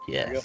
Yes